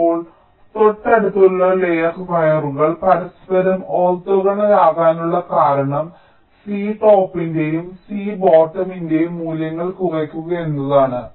ഇപ്പോൾ തൊട്ടടുത്തുള്ള ലെയർ വയറുകൾ പരസ്പരം ഓർത്തോഗണൽ ആകാനുള്ള കാരണം C ടോപ്പിന്റെയും C ബോട്ടമിന്റെയും മൂല്യങ്ങൾ കുറയ്ക്കുക എന്നതാണ്